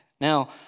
Now